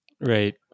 Right